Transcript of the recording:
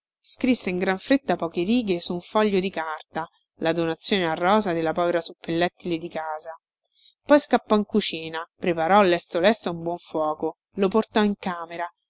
scrisse in gran fretta poche righe su un foglio di carta la donazione a rosa della povera suppellettile di casa poi scappò in cucina preparò lesto lesto un buon fuoco lo portò in camera